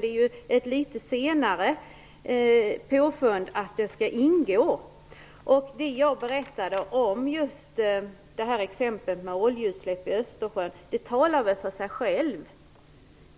Det är ett litet senare påfund att den skall ingå. Det exempel jag tog om oljeutsläpp i Östersjön talar väl för sig självt.